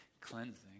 cleansing